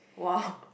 !wow!